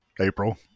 April